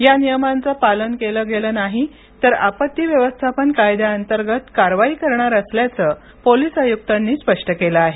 या नियमांचे पालन केले गेले नाही तर आपत्ती व्यवस्थापन कायद्याअंतर्गत कारवाई करणार असल्याचे पोलीस आयुक्तांनी स्पष्ट केले आहे